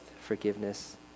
forgiveness